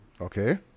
okay